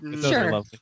Sure